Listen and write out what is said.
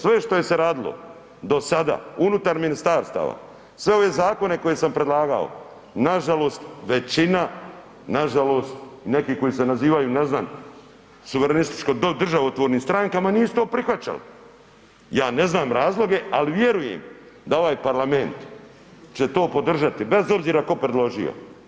Sve što je se radilo do sada unutar ministarstava, sve ove zakone koje sam predlagao nažalost većina, nažalost neki koji se nazivaju ne znam suverenističko do državotvornim strankama nisu to prihvaćali, ja ne znam razloge ali vjerujem da ovaj parlament će to podržati bez obzira ko predložio.